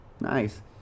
nice